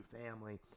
family